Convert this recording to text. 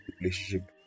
relationship